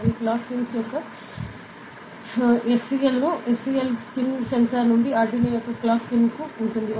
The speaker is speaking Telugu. మరియు క్లాక్ పిన్స్ యొక్క ఎస్సిఎల్ నుండి ఎస్సిఎల్ పిన్ సెన్సార్ నుండి ఆర్డునోలోని క్లోక్ పిన్ కి ఉంటుంది